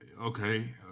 Okay